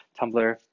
Tumblr